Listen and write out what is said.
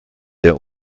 der